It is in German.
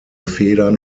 federn